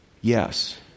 Yes